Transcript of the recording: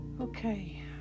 okay